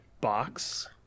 box